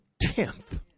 tenth